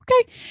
okay